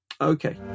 Okay